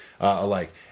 Alike